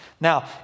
Now